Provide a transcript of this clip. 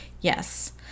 Yes